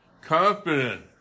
Confident